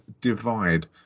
divide